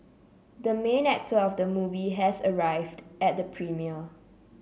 the main actor of the movie has arrived at the premiere